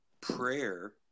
prayer